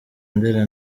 ndera